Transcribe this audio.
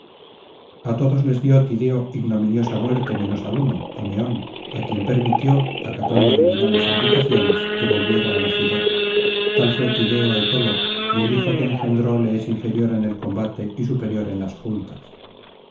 a todos les dio tideo ignominiosa muerte menos á uno á meón á quien permitió acatando divinales indicaciones que volviera á la ciudad tal fué tideo etolo y el hijo que engendró le es inferior en el combate y superior en las juntas